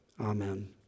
amen